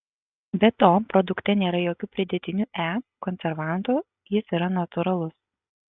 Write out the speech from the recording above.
be to produkte nėra jokių pridėtinių e konservantų jis yra natūralus